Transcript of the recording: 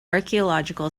archaeological